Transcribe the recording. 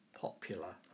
popular